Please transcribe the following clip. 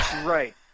right